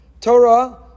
Torah